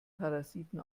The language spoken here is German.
parasiten